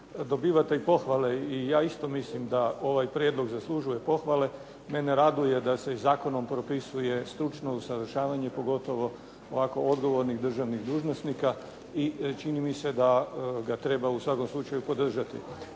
dobivate i pohvale i ja isto mislim da ovaj prijedlog zaslužuje pohvale. Mene raduje da se i zakonom propisuje stručno usavršavanje, pogotovo ovako odgovornih državnih dužnosnika i čini mi se da ga treba u svakom slučaju podržati.